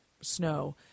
snow